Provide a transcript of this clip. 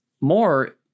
more